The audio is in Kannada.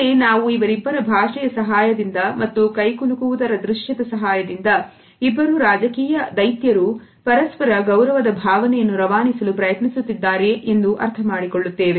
ಇಲ್ಲಿ ನಾವು ಇವರಿಬ್ಬರ ಭಾಷೆಯ ಸಹಾಯದಿಂದ ಮತ್ತು ಕೈಕುಲುಕು ವುದರ ದೃಶ್ಯದ ಸಹಾಯದಿಂದ ಇಬ್ಬರು ರಾಜಕೀಯ ದೈತ್ಯರು ಪರಸ್ಪರ ಗೌರವದ ಭಾವನೆಯನ್ನು ರವಾನಿಸಲು ಪ್ರಯತ್ನಿಸುತ್ತಿದ್ದಾರೆ ಎಂದು ಅರ್ಥಮಾಡಿಕೊಳ್ಳುತ್ತೇವೆ